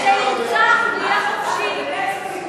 שירצח ויהיה חופשי.